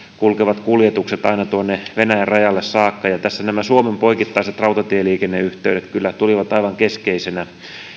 kulkevat kuljetukset aina tuonne venäjän rajalle saakka ja tässä nämä suomen poikittaiset rautatieliikenneyhteydet kyllä tulivat aivan keskeisinä